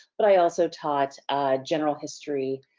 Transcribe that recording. but i also taught general history,